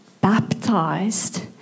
baptized